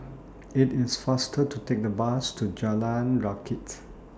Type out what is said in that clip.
IT IS faster to Take The Bus to Jalan Rakit